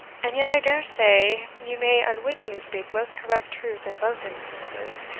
and yet, i dare say, ye may unwittingly speak most correct truth in both instances,